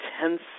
tense